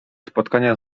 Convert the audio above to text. spotkania